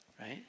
right